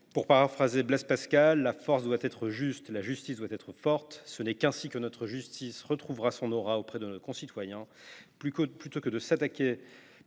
Pour paraphraser Blaise Pascal, la force doit être juste, la justice doit être forte. Ce n’est qu’ainsi que notre justice retrouvera son aura auprès de nos concitoyens. Plus que de s’attaquer